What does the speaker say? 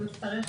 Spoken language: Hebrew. הוא יצטרך